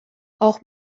auch